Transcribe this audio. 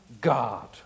God